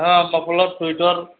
ହଁ muffler sweater